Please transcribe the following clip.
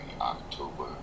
October